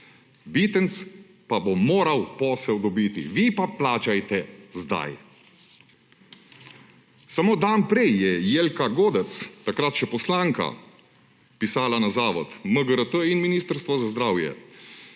Bitenc pa bo moral posel dobiti, vi pa plačajte zdaj. Samo dan prej je Jelka Godec, takrat še poslanka, pisala na Zavod, MGRT in Ministrstvo za zdravje,